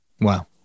Wow